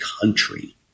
country